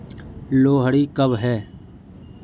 लोहड़ी कब है?